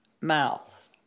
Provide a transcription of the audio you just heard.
mouth